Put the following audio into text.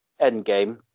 Endgame